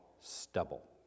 stubble